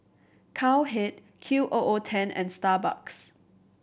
Cowhead Q O O Ten and Starbucks